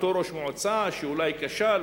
אותו ראש מועצה שאולי כשל,